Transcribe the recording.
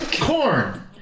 corn